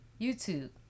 YouTube